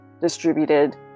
distributed